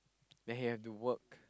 then he have to work